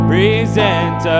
Present